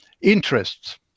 interests